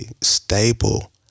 stable